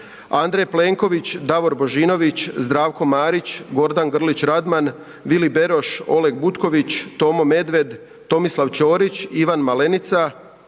Andrej Plenković, Davor Božinović, Zdravko Marić, Goran Grlić Radman, Vili Beroš, Oleg Butković, Tomo Medved, Tomislav Ćorić, Ivan Malenica,